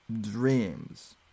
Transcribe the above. dreams